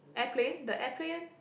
airplane the airplane